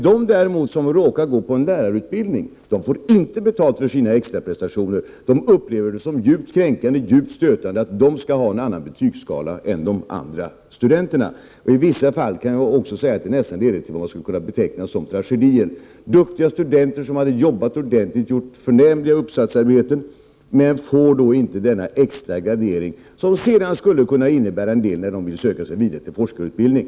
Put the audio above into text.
De däremot som råkar gå på en lärarutbildning får inte betalt för sina extraprestationer. De upplever det som djupt kränkande och stötande att de skall ha en annan betygsskala än de andra studenterna. I vissa fall leder det nästan till vad som skulle kunna betecknas som tragedier. Duktiga studenter som har jobbat ordentligt och gjort förnämliga uppsatsarbeten får inte någon extra gradering, som skulle kunna innebära en del när de sedan vill söka sig vidare till forskarutbildning.